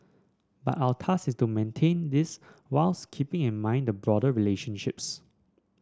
but our task is to maintain this whilst keeping in mind the broader relationships